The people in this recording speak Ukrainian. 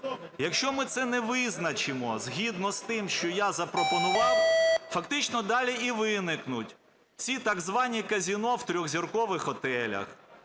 Якщо ми це не визначимо згідно з тим, що я запропонував, фактично далі і виникнуть ці так звані казино в 3-зіркових готелях,